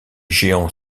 géant